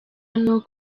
hano